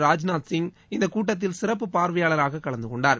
ராஜ்நாத் சிங் இந்தக் கூட்டத்தில் சிறப்பு பார்வையாளராக கலந்து கொண்டார்